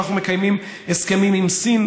אנחנו מקיימים הסכמים עם סין,